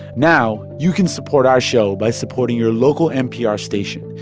now, you can support our show by supporting your local npr station.